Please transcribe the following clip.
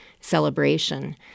celebration